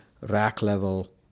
rack-level